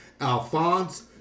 Alphonse